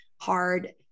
hard